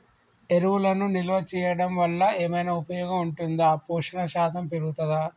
ఎరువులను నిల్వ చేయడం వల్ల ఏమైనా ఉపయోగం ఉంటుందా పోషణ శాతం పెరుగుతదా?